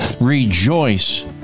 Rejoice